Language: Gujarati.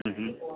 હમમ